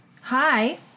Hi